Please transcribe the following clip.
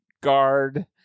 guard